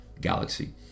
galaxy